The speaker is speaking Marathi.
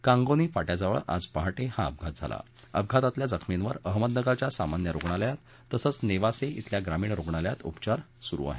कांगोनी फाट्याजवळ आज पहाटे हा अपघात झाला अपघातातल्या जखमींवर अहमदनगरच्या सामान्य रुग्णालयात तसंच नेवासे इथल्या ग्रामीण रुग्णालयात उपचार सुरू आहेत